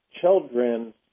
children